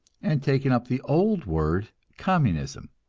and taken up the old word communism.